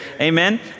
amen